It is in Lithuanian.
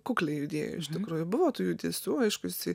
kukliai judėjo iš tikrųjų buvo tų judesių aišku jisai